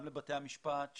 גם לבתי המשפט,